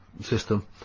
system